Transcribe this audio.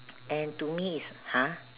and to me is !huh!